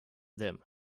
them